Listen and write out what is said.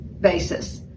basis